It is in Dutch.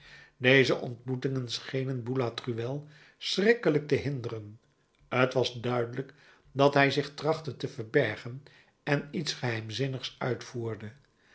deze ontmoetingen schenen boulatruelle schrikkelijk te hinderen t was duidelijk dat hij zich trachtte te verbergen en iets geheimzinnigs uitvoerde